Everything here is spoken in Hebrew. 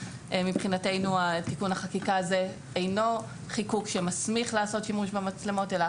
מבחינתנו תיקון החקיקה הזה אינו חיקוק שמסמיך לעשות שימוש במצלמות אלא